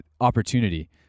opportunity